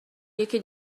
یکی